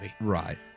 Right